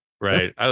right